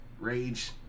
rage